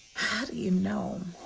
how do you know.